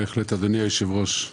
אדוני היושב ראש,